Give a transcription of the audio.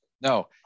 no